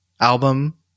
album